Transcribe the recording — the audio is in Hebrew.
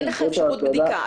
אין לך אפשרות בדיקה.